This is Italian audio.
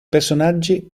personaggi